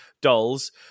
Dolls